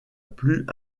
plus